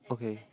okay